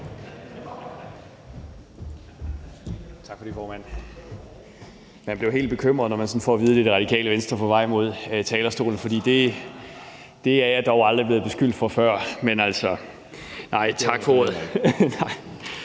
Tak for det, formand. Man bliver helt bekymret, når man sådan får at vide, at det er Radikale Venstre, der er på vej mod talerstolen, for det er jeg dog aldrig blevet beskyldt for før. Men tak for ordet.